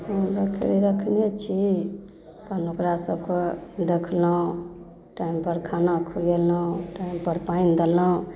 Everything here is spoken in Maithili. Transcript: हम बकरी रखने छी अपन ओकरा सबके देखलहुँ टाइमपर खाना खुएलहुँ टाइमपर पानि देलहुँ